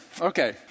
Okay